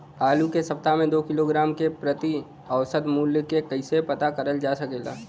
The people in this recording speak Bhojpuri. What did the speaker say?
आलू के सप्ताह में दो किलोग्राम क प्रति औसत मूल्य क कैसे पता करल जा सकेला?